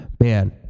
Man